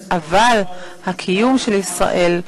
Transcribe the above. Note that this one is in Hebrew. בארץ-ישראל.